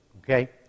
okay